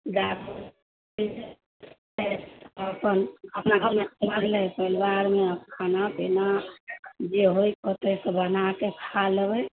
अपन अपना घरमे भेलै परिवारमे खाना पीना जे होयके होयतै से बनाके खा लेबै